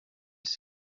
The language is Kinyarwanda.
bisa